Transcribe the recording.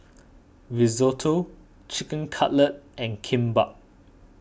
Risotto Chicken Cutlet and Kimbap